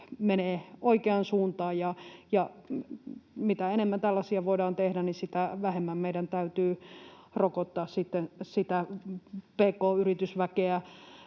mennään oikeaan suuntaan. Mitä enemmän tällaisia voidaan tehdä, sitä vähemmän meidän täytyy rokottaa sitten